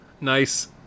Nice